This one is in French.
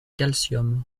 calcium